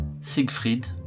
Siegfried